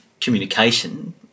communication